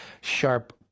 sharp